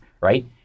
right